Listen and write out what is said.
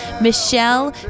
Michelle